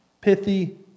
pithy